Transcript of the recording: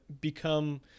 become